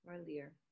earlier